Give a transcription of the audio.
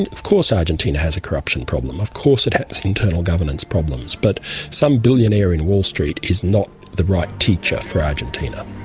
and of course argentina has a corruption problem, of course it has internal governance problems, but some billionaire in wall street is not the right teacher for argentina.